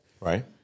Right